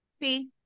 See